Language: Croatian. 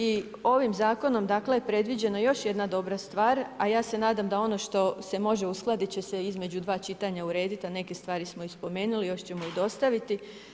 I ovim zakonom, dakle, predviđeno je još jedna dobra stvar, a ja se nadam, da ono što se može uskladiti, će se između dva čitanja urediti, a neke stvari smo i spomenuli, još ćemo i dostaviti.